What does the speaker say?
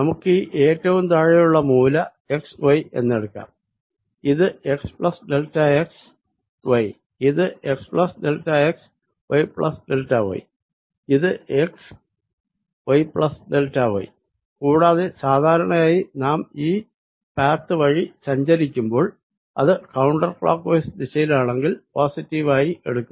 നമുക്കീ ഏറ്റവും താഴെയുള്ള മൂല എക്സ്y എന്നെടുക്കാം ഇത് x plus delta x y ഇത് x plus delta x y plus delta y ഇത് എക്സ്y പ്ലസ് ഡെൽറ്റ y കൂടാതെ സാധാരണയായി നാം ഈ പാത്ത് വഴി സഞ്ചരിക്കുമ്പോൾ അത് കൌണ്ടർ ക്ലോക്ക്വൈസ് ദിശയിലാണെങ്കിൽ പോസിറ്റീവ് ആയി എടുക്കുന്നു